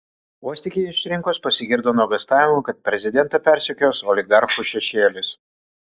vos tik jį išrinkus pasigirdo nuogąstavimų kad prezidentą persekios oligarchų šešėlis